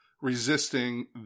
resisting